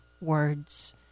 words